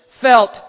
felt